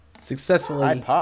successfully